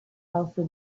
also